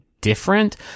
different